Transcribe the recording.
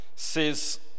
says